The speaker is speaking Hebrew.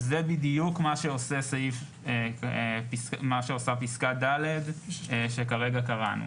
בדיוק מה שעושה פסקה (ד) שכרגע קראנו.